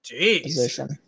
Jeez